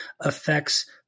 affects